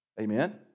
Amen